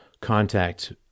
contact